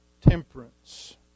temperance